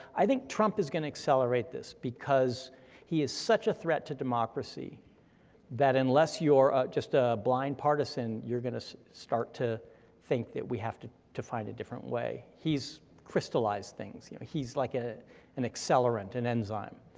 i think trump is gonna accelerate this because he is such a threat to democracy that unless you're just a blind partisan, you're gonna start to think that we have to to find a different way. he's crystallized things, you know he's like ah an accelerant, an enzyme,